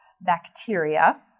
bacteria